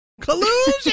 collusion